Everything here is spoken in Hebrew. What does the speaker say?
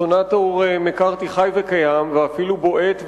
הסנטור מקארתי חי וקיים, ואפילו בועט וצועק,